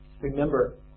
remember